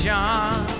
John